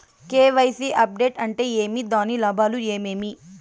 KYC update అంటే ఏమి? దాని లాభాలు ఏమేమి?